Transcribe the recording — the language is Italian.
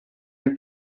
nel